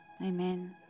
Amen